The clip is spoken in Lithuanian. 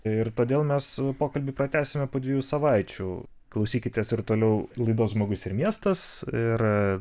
ir todėl mes pokalbį pratęsime po dviejų savaičių klausykitės ir toliau laidos žmogus ir miestas ir